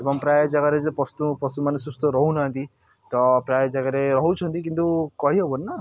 ଏବଂ ପ୍ରାୟ ଜାଗାରେ ଯେ ପସ୍ତୁ ପଶୁମାନେ ସୁସ୍ଥ ରହୁନାହାନ୍ତି ତ ପ୍ରାୟ ଜାଗାରେ ରହୁଛନ୍ତି କିନ୍ତୁ କହି ହବନି ନା